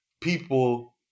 people